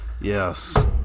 Yes